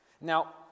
Now